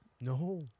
No